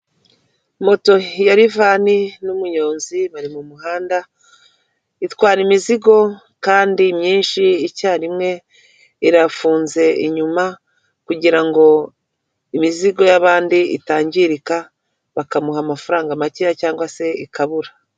Moto ya rifani n'umunyonzi bari mu muhanda, itwara imizigo kandi myinshi icyarimwe, irafunze inyuma kugira ngo imizigo y'abandi itangirika bakamuha amafaranga makeya cyangwa se ikabura.